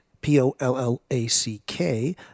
P-O-L-L-A-C-K